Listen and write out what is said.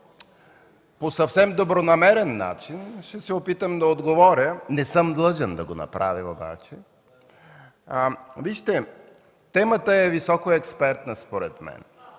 по съвсем добронамерен начин ще се опитам да отговоря. Не съм длъжен да го направя обаче. Според мен, темата е високо експертна –